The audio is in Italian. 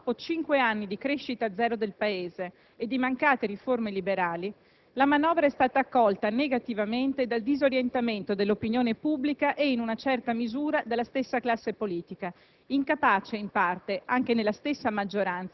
Caricata forse di tante, troppe attese dopo cinque anni di crescita zero del Paese e di mancate riforme liberali, la manovra è stata accolta negativamente dal disorientamento dell'opinione pubblica e, in una certa misura, dalla stessa classe politica,